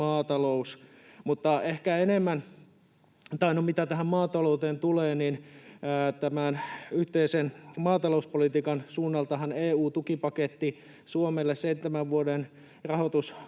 maatalous. Mitä maatalouteen tulee, niin tämän yhteisen maatalouspolitiikan suunnaltahan EU-tukipaketin kokonaispotti Suomelle seitsemän vuoden rahoituskauden